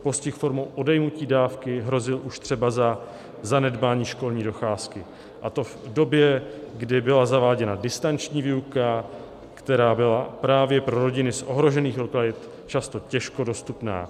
Postih formou odejmutí dávky hrozil už třeba za zanedbání školní docházky, a to v době, kdy byla zaváděna distanční výuka, která byla právě pro rodiny z ohrožených lokalit často těžko dostupná.